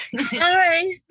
Hi